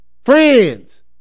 Friends